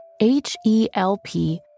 H-E-L-P